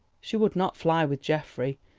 she would not fly with geoffrey,